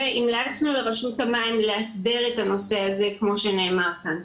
והמלצנו לרשות המים להסדיר את הנושא הזה כמו שנאמר כאן.